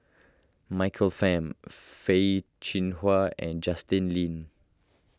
Michael Fam Peh Chin Hua and Justin Lean